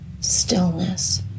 Stillness